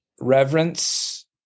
reverence